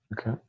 Okay